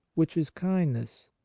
which is kindness,